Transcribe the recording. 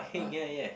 okay